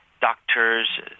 doctors